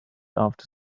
after